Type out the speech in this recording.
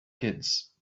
kids